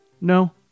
no